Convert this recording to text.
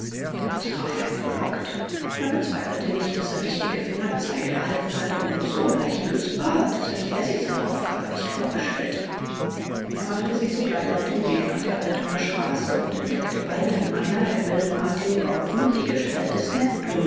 der australier frohlockte er bezweifelte nicht daß er wichtige fingerzeige erhalten hatte und so leicht lösbar hatte selbst er sich seine aufgabe nicht vorgestellt er machte sich sogleich auf den weg nach der altonaer straße und entdeckte bald an einer der villenartigen bauten die gestalt des neptuns